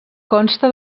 consta